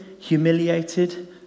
humiliated